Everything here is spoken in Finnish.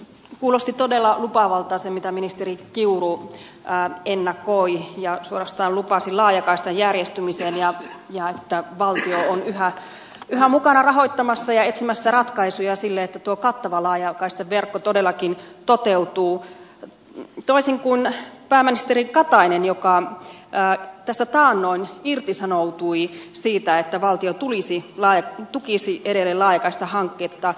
kuulosti todella lupaavalta se mitä ministeri kiuru ennakoi ja suorastaan lupasi laajakaistan järjestymiseen ja että valtio on yhä mukana rahoittamassa ja etsimässä ratkaisuja sille että tuo kattava laajakaistaverkko todellakin toteutuu toisin kuin pääministeri katainen joka tässä taannoin irtisanoutui siitä että valtio tukisi edelleen laajakaistahanketta